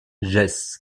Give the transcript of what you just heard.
jess